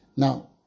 Now